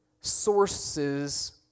sources